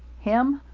him!